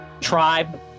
tribe